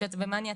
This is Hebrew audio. כשאתה במאניה,